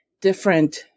different